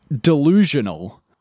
delusional